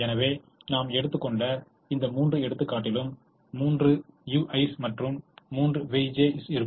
எனவே நாம் எடுத்துக்கொண்ட இந்த 3 எடுத்துக்காட்டிலும் 3 uis மற்றும் 3 vjs இருக்கும்